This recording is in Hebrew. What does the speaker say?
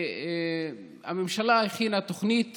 והממשלה הכינה תוכנית